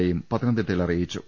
എയും പത്തനംതിട്ടയിൽ അറിയിച്ചു